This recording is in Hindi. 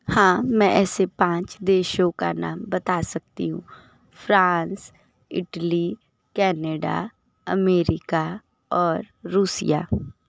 हाँ मैं ऐसे पाँच देशों का नाम बता सकती हूँ फ़्रांस इटली कैनेडा अमेरिका और रशिया